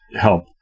help